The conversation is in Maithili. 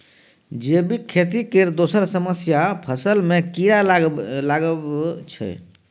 जैबिक खेती केर दोसर समस्या फसल मे कीरा लागब छै